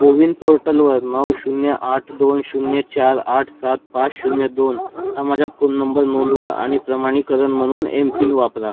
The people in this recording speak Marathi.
कोविन पोर्टलवर नऊ शून्य आठ दोन शून्य चार आठ सात पाच शून्य दोन हा माझा फोन नंबर नोंदवा आणि प्रमाणीकरण म्हणून एमपिन वापरा